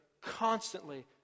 constantly